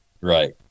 right